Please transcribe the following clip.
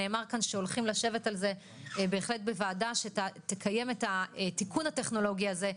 נאמר כאן שהולכים לשבת על זה בוועדה שתקיים את התיקון הטכנולוגי הזה,